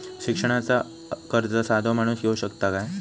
शिक्षणाचा कर्ज साधो माणूस घेऊ शकता काय?